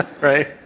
right